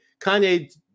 Kanye